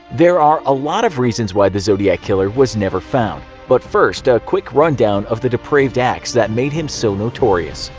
there are a lot of reasons why the zodiac killer was never found, but first a quick run down of the depraved acts of that made him so notorious.